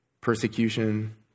persecution